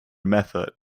method